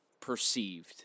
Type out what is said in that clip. perceived